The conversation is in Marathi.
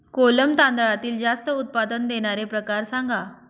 कोलम तांदळातील जास्त उत्पादन देणारे प्रकार सांगा